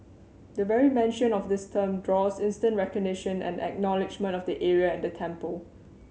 the very mention of this term draws instant recognition and acknowledgement of the area and the temple